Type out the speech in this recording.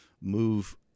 move